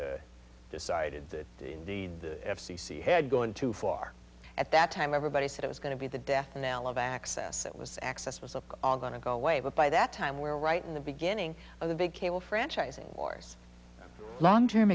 decided that the f c c had gone too far at that time everybody said it was going to be the death knell of access it was access was all going to go away but by that time we were right in the beginning of the big cable franchising wars long term